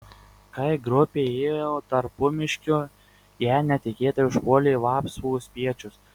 kai grupė ėjo tarpumiškiu ją netikėtai užpuolė vapsvų spiečius